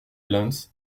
islands